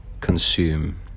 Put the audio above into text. consume